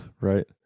Right